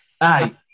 aye